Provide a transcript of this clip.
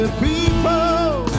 people